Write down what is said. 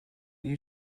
you